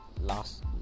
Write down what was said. last